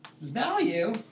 value